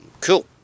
Cool